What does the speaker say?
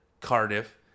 Cardiff